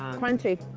crunchy.